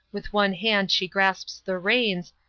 with one hand she grasps the reins,